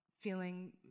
Feeling